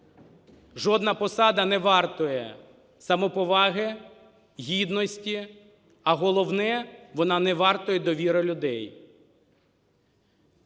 Жодна посада не вартує самоповаги, гідності, а головне – вона не варта і довіри людей.